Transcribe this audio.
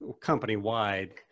company-wide